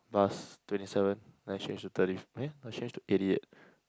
bus twenty seven then I change to thirty eh no I change to eighty eight